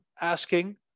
asking